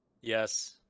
yes